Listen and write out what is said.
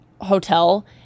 hotel